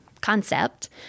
concept